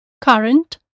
Current